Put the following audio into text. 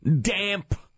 Damp